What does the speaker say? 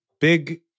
big